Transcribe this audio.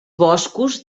boscos